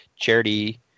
charity